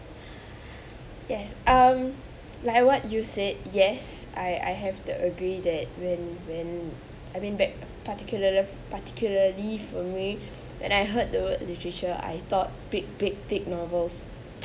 yes um like what you said yes I I have to agree that when when I've been back particularla~ particularly for me when I heard the literature I thought big big thick novels